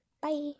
Bye